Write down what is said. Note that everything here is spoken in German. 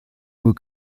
nur